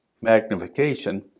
magnification